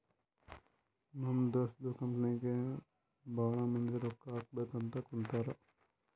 ನಮ್ ದೋಸ್ತದು ಕಂಪನಿಗ್ ಭಾಳ ಮಂದಿ ರೊಕ್ಕಾ ಹಾಕಬೇಕ್ ಅಂತ್ ಕುಂತಾರ್